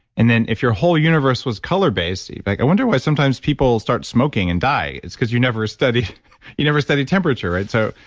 and then if your whole universe was color-based like i wonder why sometimes people start smoking and die. it's because you never studied you never studied temperature, right? so,